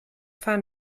fahren